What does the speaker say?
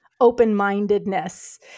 open-mindedness